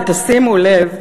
ושימו לב,